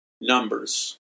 numbers